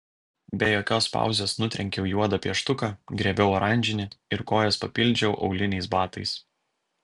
be jokios pauzės nutrenkiau juodą pieštuką griebiau oranžinį ir kojas papildžiau auliniais batais